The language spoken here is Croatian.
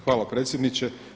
Hvala predsjedniče.